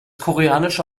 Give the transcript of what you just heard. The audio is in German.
koreanische